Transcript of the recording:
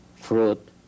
fruit